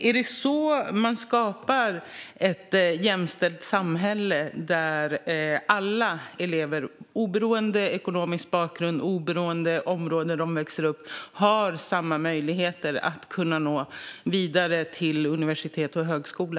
Är det så man skapar ett jämställt samhälle där alla elever, oberoende av ekonomisk bakgrund och oberoende av vilket område de växer upp i, har samma möjligheter att nå vidare till universitet och högskola?